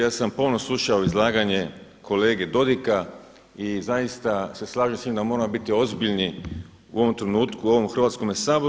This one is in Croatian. Ja sam pomno slušao izlaganje kolege Dodiga i zaista se slažem sa tim da moramo biti ozbiljni u ovom trenutku u ovome Hrvatskome saboru.